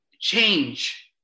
change